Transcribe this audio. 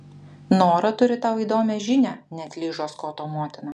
nora turi tau įdomią žinią neatlyžo skoto motina